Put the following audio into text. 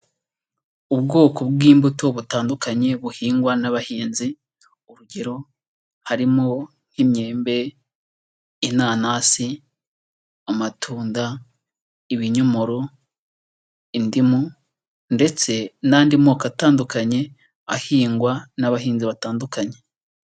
Ubwoko bw'imbuto butandukanye buhingwa n'abahinzi, urugero harimo nk'imyembe, inanasi, amatunda, ibinyomoro, indimu ndetse n'andi moko atandukanye ahingwa n'abahinzi batandukanye.